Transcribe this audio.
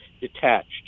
detached